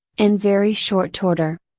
in very short order.